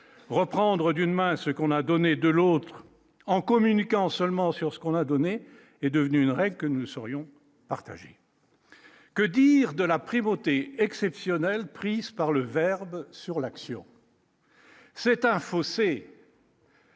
reprendre d'une main ce qu'on a donné de l'autre, en communiquant seulement sur ce qu'on a donné est devenu une règle que nous saurions. Que dire de la primauté exceptionnelle prise par le verbe sur l'action. C'est un fossé.